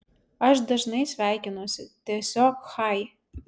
aš dažnai sveikinuosi tiesiog chai